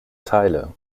teile